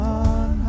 on